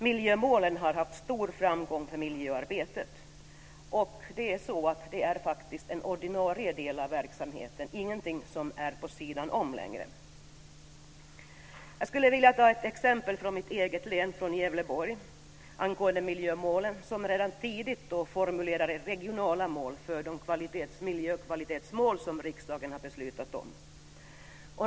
Miljömålen har haft stor framgång i miljöarbetet, och de är faktiskt en ordinarie del av verksamheten, inte längre något vid sidan om. Jag skulle vilja ge ett exempel från mitt hemlän, Gävleborg, vad gäller miljömålen. Man formulerade där tidigt regionala mål för de miljökvalitetsmål som riksdagen har beslutat om.